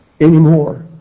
anymore